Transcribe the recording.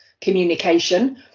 communication